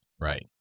Right